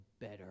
better